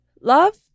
love